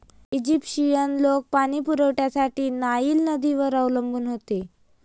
Egyptian लोक पाणी पुरवठ्यासाठी नाईल नदीवर अवलंबून होते